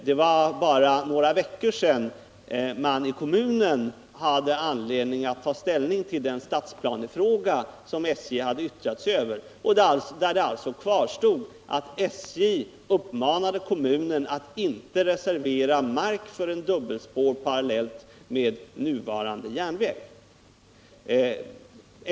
Det är bara några veckor sedan man i kommunen hade anledning att ta ställning till den stadsplanefråga som SJ hade yttrat sig över och där det kvarstod att SJ uppmanade kommunen att inte reservera mark för ett dubbelspår parallellt med nuvarande järnväg.